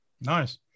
Nice